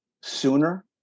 sooner